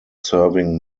serving